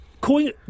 coin